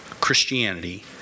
Christianity